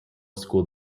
school